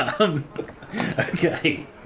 okay